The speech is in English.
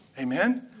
Amen